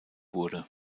wurde